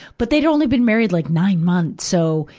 but they'd only been married, like, nine months, so,